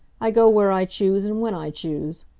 i go where i choose and when i choose.